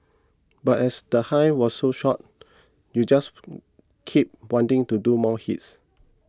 but as the high was so short you just keep wanting to do more hits